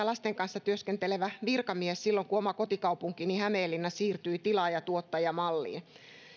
lasten kanssa työskentelevä virkamies silloin kun oma kotikaupunkini hämeenlinna siirtyi tilaaja tuottaja malliin